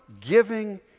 giving